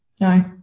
No